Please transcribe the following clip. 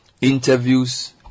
Interviews